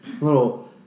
little